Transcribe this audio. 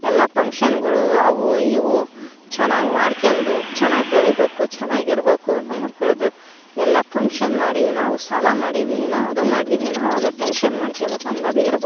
ಎಲ್ಲ ಪಂಕ್ಷನ್ಗಳು ಅವು ಇವು ಚೆನ್ನಾಗಿ ಮಾಡ್ಕೊಂಡು ಚೆನ್ನಾಗಿ ಬೆಳಿಬೇಕು ಚೆನ್ನಾಗಿ ಇರ್ಬೇಕು ನಮ್ಮ ಮಕ್ಳದು ಎಲ್ಲ ಪಂಕ್ಷನ್ ಮಾಡಿವಿ ನಾವು ಸಾಲ ಮಾಡಿದೀವಿ ನಾವು ಅದು ಮಾಡಿದೀವಿ ನಾವು ಅದು ಟೆಂಕ್ಷನ್ ಮಾಡ್ಕೊಬೇಕು ಅನ್ನೋದು ಇರ್ಬಾ